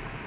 ot team to watch